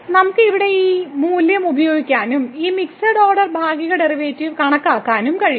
നമുക്ക് ഇവിടെ ആ മൂല്യം ഉപയോഗിക്കാനും ഈ മിക്സഡ് ഓർഡർ ഭാഗിക ഡെറിവേറ്റീവ് കണക്കാക്കാനും കഴിയും